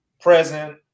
present